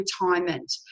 retirement